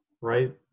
right